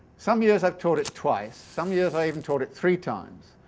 some years i've taught it twice, some years i even taught it three times.